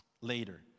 later